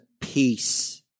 peace